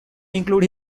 include